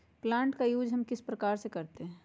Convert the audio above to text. Plant का use हम किस प्रकार से करते हैं?